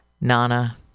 Nana